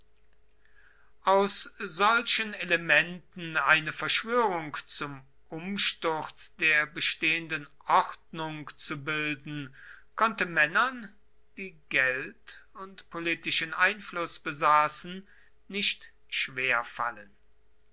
aus solchen elementen eine verschwörung zum umsturz der bestehenden ordnung zu bilden konnte männern die geld und politischen einfluß besaßen nicht schwerfallen